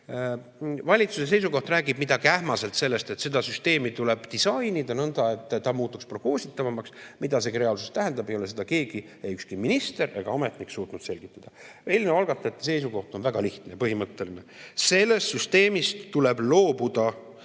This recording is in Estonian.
Valitsuse seisukoht räägib midagi ähmaselt sellest, et seda süsteemi tuleb disainida nõnda, et ta muutuks prognoositavamaks. Mida see ka reaalsuses tähendab, seda ei ole keegi, ei ükski minister ega ametnik, suutnud selgitada. Eelnõu algatajate seisukoht on väga lihtne ja põhimõtteline: sellest süsteemist tuleb loobuda.